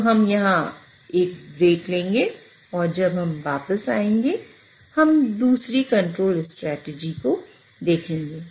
तो हम यहां एक ब्रेक लेंगे और जब हम वापस आएंगे हम दूसरी कंट्रोल स्ट्रेटजी को देखेंगे